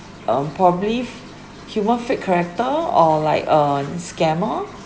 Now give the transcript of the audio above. um probably human fake character or like uh scammer